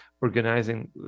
organizing